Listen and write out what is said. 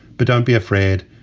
but don't be afraid.